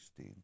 16